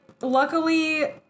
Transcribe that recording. luckily